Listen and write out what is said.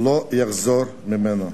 ולא יחזור ממנה,